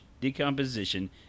decomposition